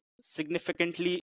significantly